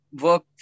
work